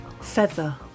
Feather